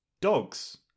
dogs